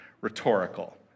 rhetorical